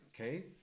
okay